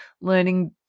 learning